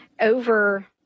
Over